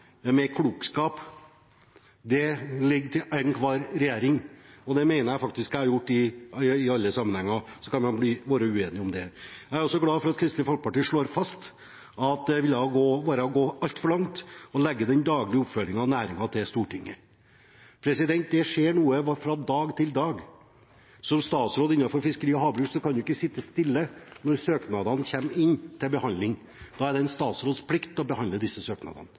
med klokskap. Det ligger til enhver regjering, og det mener jeg faktisk jeg har gjort i alle sammenhenger. Så kan man være uenige om det. Jeg er også glad for at Kristelig Folkeparti slår fast at det ville være å gå altfor langt å legge den daglige oppfølgingen av næringen til Stortinget. Det skjer noe fra dag til dag. Som statsråd innenfor fiskeri og havbruk kan man ikke sitte stille når søknadene kommer inn til behandling. Da er det en statsråds plikt å behandle disse søknadene